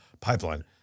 pipeline